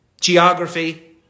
geography